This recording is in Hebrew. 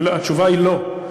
התשובה היא לא.